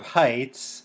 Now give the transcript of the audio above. heights